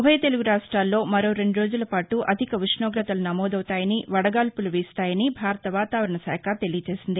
ఉభయ తెలుగు రావ్యాల్లో మరో రెందు రోజులపాటు అధిక ఉష్ణోగతలు నమోదవుతాయని వడగాల్పులు వీస్తాయని భారత వాతావరణ శాఖ తెలియజేసింది